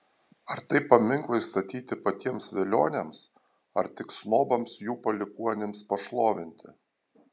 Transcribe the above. ar tai paminklai statyti patiems velioniams ar tik snobams jų palikuonims pašlovinti